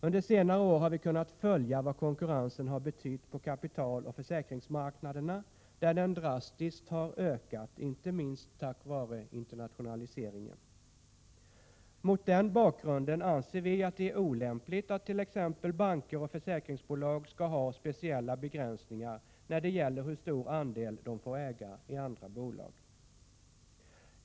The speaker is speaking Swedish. Under senare år har vi kunnat följa vad konkurrensen har betytt på kapitaloch försäkringsmarknaderna, där den drastiskt har ökat, inte minst tack vare internationaliseringen. Mot den bakgrunden anser vi att det är olämpligt att t.ex. banker och försäkringsbolag skall ha speciella begränsningar när det gäller hur stor andel de får äga i andra bolag.